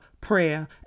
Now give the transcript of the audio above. prayer